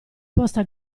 posta